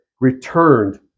returned